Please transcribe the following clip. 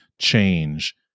Change